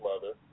mother